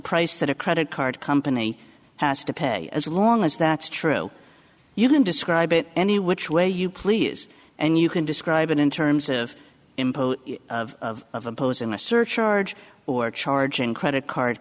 price that a credit card company has to pay as long as that's true you can describe it any which way you please and you can describe it in terms of impose of of opposing a surcharge or charging credit card